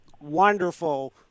wonderful